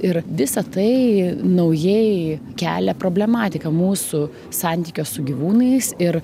ir visa tai naujai kelia problematiką mūsų santykio su gyvūnais ir